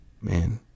man